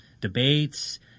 debates